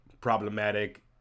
problematic